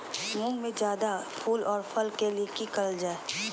मुंग में जायदा फूल और फल के लिए की करल जाय?